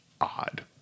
odd